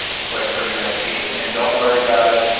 look like pretty nice pieces and don't worry guys.